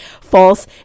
false